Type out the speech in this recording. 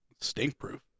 stink-proof